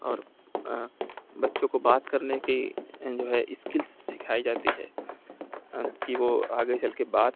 اور بچوں کو بات کرنے کی جو ہے اسکلس سکھائی جاتی ہے کہ وہ آگے چل کے بات